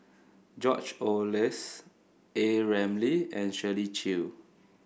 George Oehlers A Ramli and Shirley Chew